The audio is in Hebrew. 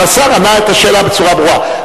אבל השר ענה על השאלה בצורה ברורה.